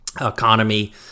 economy